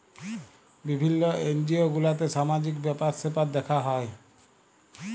বিভিল্য এনজিও গুলাতে সামাজিক ব্যাপার স্যাপার দ্যেখা হ্যয়